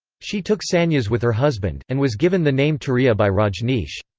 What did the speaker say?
she took sannyas with her husband, and was given the name turiya by rajneesh.